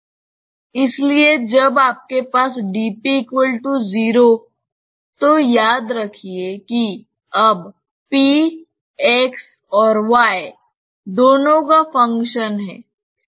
इसलिए जब आपके पास dp 0 तो याद रखिए कि अब p x और y दोनों का फंक्शन है